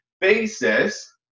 basis